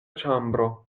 ĉambro